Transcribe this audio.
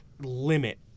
limit